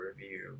review